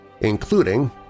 including